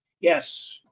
Yes